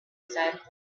said